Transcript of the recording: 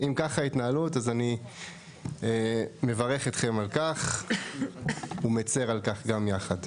אם כך ההתנהלות אז אני מברך אתכם על כך ומצר על כך גם יחד.